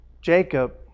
Jacob